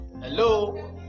hello